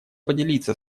поделиться